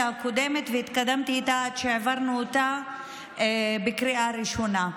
הקודמת והתקדמתי איתה עד שהעברנו אותה בקריאה ראשונה.